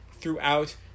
throughout